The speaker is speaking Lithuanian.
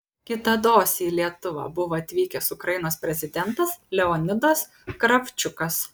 kitados į lietuvą buvo atvykęs ukrainos prezidentas leonidas kravčiukas